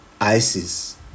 isis